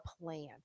plan